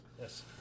Yes